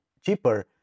cheaper